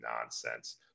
nonsense